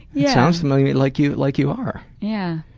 yeah sounds to me like you like you are. yeah